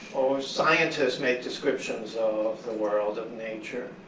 oh, scientists make descriptions of the world of nature.